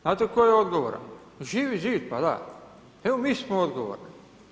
Znate tko je odgovoran, Živi zid, pa da, evo, mi smo odgovorni.